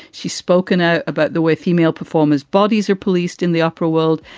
she's spoken out about the way female performers bodies are policed in the opera world.